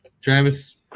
Travis